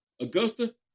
Augusta